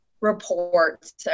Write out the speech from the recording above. reports